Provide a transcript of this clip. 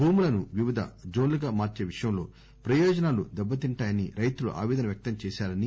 భూములను వివిధ జోన్లుగా మార్చే విషయంలో ప్రయోజనాలు దెబ్బతింటాయని రైతులు ఆపేదన వ్యక్తం చేశారని